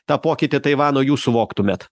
tą pokytį taivano jūs suvoktumėt